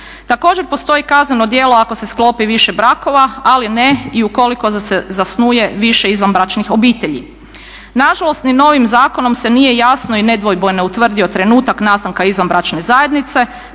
Također postoji kazneno djelo ako se sklopi više brakova, ali ne i ukoliko zasnuje više izvanbračnih obitelji. Na žalost ni novim zakonom se nije jasno i nedvojbeno utvrdio trenutak nastanka izvanbračne zajednice,